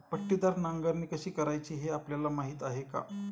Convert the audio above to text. पट्टीदार नांगरणी कशी करायची हे आपल्याला माहीत आहे का?